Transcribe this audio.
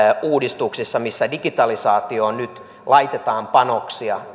uudistuksissa missä digitalisaatioon nyt laitetaan panoksia